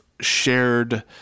shared